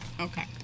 Okay